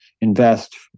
invest